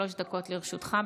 שלוש דקות לרשותך.